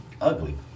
ugly